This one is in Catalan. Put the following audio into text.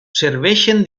serveixen